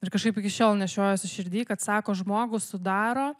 ir kažkaip iki šiol nešiojuosi širdy kad sako žmogų sudaro